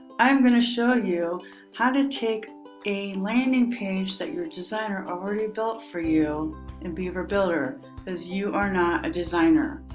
i'm going to show you how to take a landing page that your designer already built for you in beaver builder cause you are not designer.